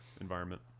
environment